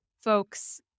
folks